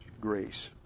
grace